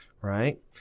Right